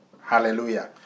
Hallelujah